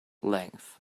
length